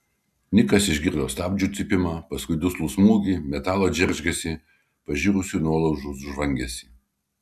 nikas išgirdo stabdžių cypimą paskui duslų smūgį metalo džeržgesį pažirusių nuolaužų žvangesį